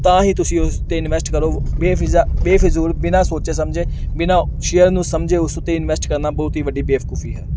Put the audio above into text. ਤਾਂ ਹੀ ਤੁਸੀਂ ਉਸ 'ਤੇ ਇਨਵੈਸਟ ਕਰੋ ਬੇ ਫਿਜ਼ਾ ਬੇਫਜੂਲ ਬਿਨਾਂ ਸੋਚੇ ਸਮਝੇ ਬਿਨਾਂ ਸ਼ੇਅਰ ਨੂੰ ਸਮਝੇ ਉਸ ਉੱਤੇ ਇਨਵੈਸਟ ਕਰਨਾ ਬਹੁਤ ਹੀ ਵੱਡੀ ਬੇਵਕੂਫੀ ਹੈ